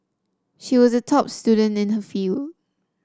she was a top student in her field